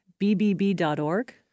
bbb.org